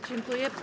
Dziękuję.